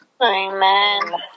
Amen